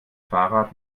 fahrrad